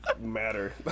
matter